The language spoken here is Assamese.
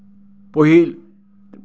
পঢ়ি